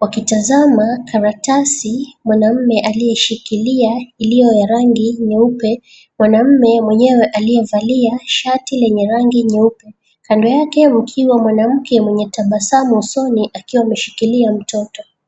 wakitazama karatasi mwanaume aliyeshikilia iliyo ya rangi nyeupe, mwanaume mwenyewe aliyevalia shati yenye rangi nyeupe kando yake mkiwa mwanamke mwenye tabasamu usoni akiwa amemeshikilia mtoto.